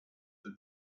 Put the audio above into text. per